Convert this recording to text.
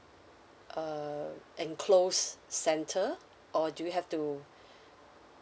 err enclose centre or do you have to